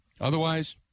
Otherwise